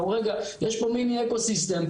יש פה מיני אקו סיסטם,